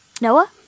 Noah